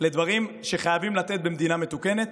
2 מיליארד,